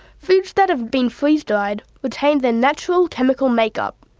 foods that have been freeze-dried retain their natural chemical make-up,